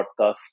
podcast